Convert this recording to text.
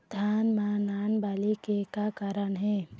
धान म नान बाली के का कारण हे?